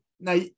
Now